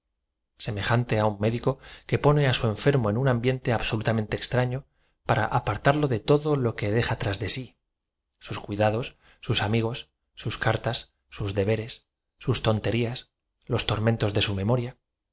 emejaate á un médico que pone á su en ferm o en un ambiente absolutamente eztrafio para apartarlo de todo lo que deja tras si sus cuidados sus amigos sus cartas sus deberes sus tonterías los tor mentos de su memoria